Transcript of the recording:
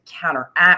counteract